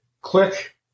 click